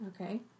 Okay